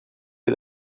que